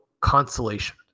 consolation